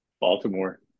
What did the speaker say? Baltimore